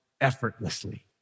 effortlessly